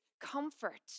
comfort